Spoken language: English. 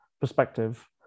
perspective